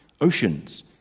oceans